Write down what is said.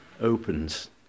opens